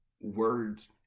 words